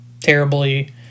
terribly